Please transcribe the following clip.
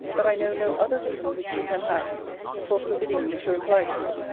that i know no other reason which you can have for forbidding me to reply to you,